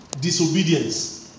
Disobedience